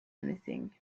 anything